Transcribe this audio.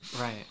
right